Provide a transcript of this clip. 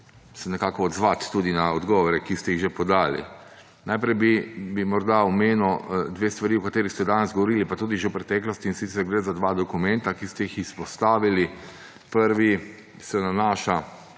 se nekako odzvati tudi na odgovore, ki ste jih že podali. Najprej bi morda omenil dve stvari, o katerih ste danes govorili pa tudi že v preteklosti, in sicer gre za dva dokumenta, ki ste ju izpostavili. Prvi se nanaša